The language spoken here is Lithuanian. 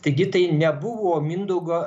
taigi tai nebuvo mindaugo